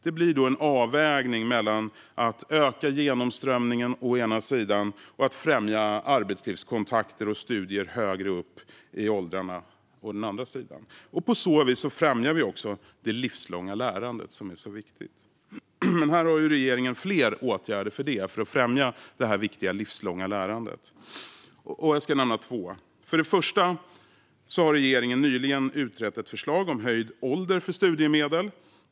Det blir alltså en avvägning mellan att öka genomströmningen å ena sidan och att främja arbetslivskontakter och studier högre upp i åldrarna å andra sidan. På så vis främjar vi också det livslånga lärandet, som är så viktigt. Regeringen har fler åtgärder för att främja det viktiga livslånga lärandet, och jag ska nämna två. För det första har regeringen nyligen utrett ett förslag om höjd ålder för studiemedel.